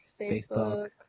Facebook